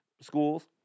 schools